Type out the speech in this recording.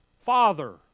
Father